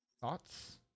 thoughts